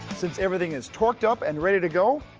since everything is torqued up and ready to go,